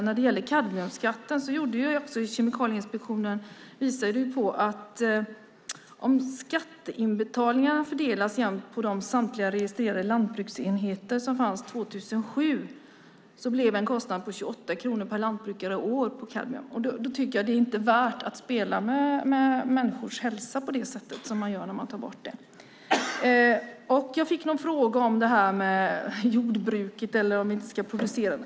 När det gäller kadmiumskatten visade Kemikalieinspektionen att om skatteinbetalningarna fördelades jämnt på samtliga registrerade lantbruksenheter som fanns 2007 blev det en kostnad på 28 kronor per lantbrukare och år. Det är inte värt att spela med människors hälsa på det sätt man gör genom att ta bort det. Jag fick en fråga om jordbruket och om vi inte ska producera.